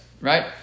Right